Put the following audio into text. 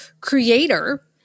creator